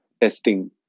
testing